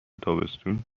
تابستون